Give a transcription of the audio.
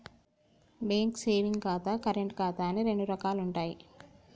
bank savings ఖాతా, current ఖాతా అని రెండు రకాలుంటయ్యి